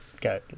go